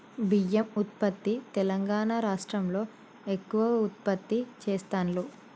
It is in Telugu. బియ్యం ఉత్పత్తి తెలంగాణా రాష్ట్రం లో ఎక్కువ ఉత్పత్తి చెస్తాండ్లు